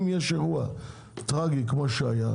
אם יש אירוע טרגי כמו שהיה,